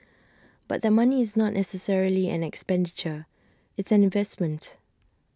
but that money is not necessarily an expenditure it's an investment